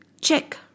Check